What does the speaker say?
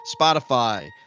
spotify